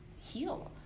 heal